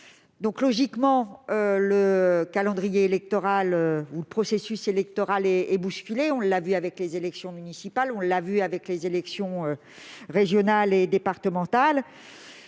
Logiquement, le calendrier électoral et le processus électoral sont bousculés, comme on l'a vu avec les élections municipales, les élections régionales et départementales.